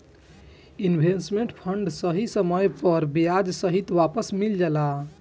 investment fund सही समय पर ब्याज सहित वापस मिल जाला